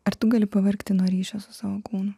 ar tu gali pavargti nuo ryšio su savo kūnu